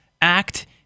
act